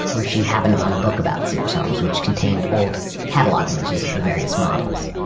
where she happened upon a book about sears homes which contained old catalog images of the various models.